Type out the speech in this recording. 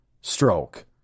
stroke